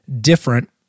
different